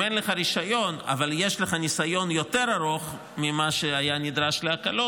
אם אין לך רישיון אבל יש לך ניסיון יותר ארוך ממה שהיה נדרש להקלות,